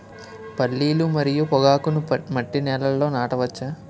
పల్లీలు మరియు పొగాకును మట్టి నేలల్లో నాట వచ్చా?